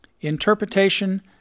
interpretation